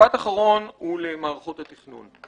משפט אחרון הוא לנציגי מערכות התכנון: